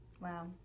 Wow